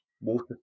water